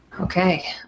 okay